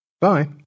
Bye